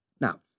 Now